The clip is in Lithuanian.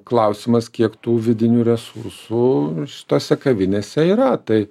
klausimas kiek tų vidinių resursų tose kavinėse yra tai